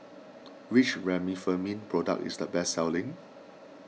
which Remifemin product is the best selling